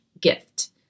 gift